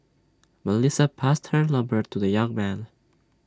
Melissa passed her number to the young man